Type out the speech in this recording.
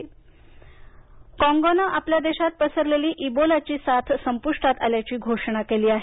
डुबोला काँगो कॉगोनं आपल्या देशात पसरलेली इबोलाची साथ संपुष्टात आल्याची घोषणा केली आहे